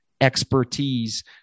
expertise